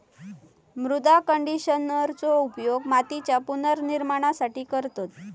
मृदा कंडिशनरचो उपयोग मातीच्या पुनर्निर्माणासाठी करतत